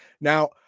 now